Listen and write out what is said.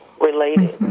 related